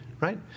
right